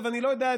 ואני לא יודע,